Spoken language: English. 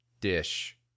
Dish